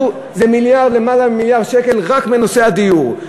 זה יותר ממיליארד שקל רק בנושא הדיור.